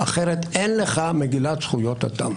אחרת אין לך מגילת זכויות האדם.